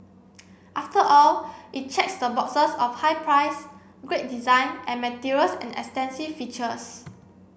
after all it checks the boxes of high price great design and materials and extensive features